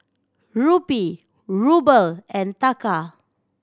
Rupee Ruble and Taka